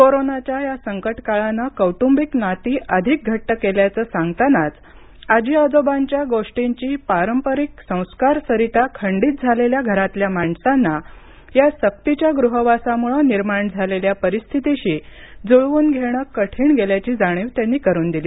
कोरोनाच्या या संकटकाळानं कौटुंबिक नाती अधिक घट्ट केल्याचं सांगतानाच आजी आजोबांच्या गोष्टींची पारंपरिक संस्कार सरिता खंडित झालेल्या घरांतल्या माणसांना या सक्तीच्या गृहवासामुळे निर्माण झालेल्या परिस्थितीशी जुळवून घेणं कठीण गेल्याची जाणीव त्यांनी करून दिली